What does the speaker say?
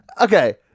Okay